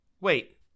Wait